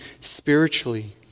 spiritually